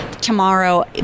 tomorrow